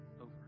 over